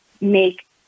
make –